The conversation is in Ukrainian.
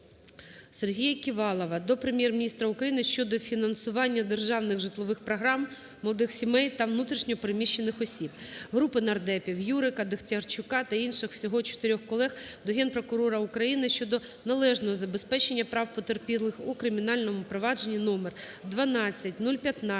Сергія Ківалова до Прем'єр-міністра України щодо фінансування державних житлових програм молодих сімей та внутрішньо переміщених осіб. Групи нардепів (Юрика, Дехтярчука та інших; всього 4 колег) до Генпрокурора України щодо належного забезпечення прав потерпілих у кримінальному провадженні №